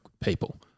people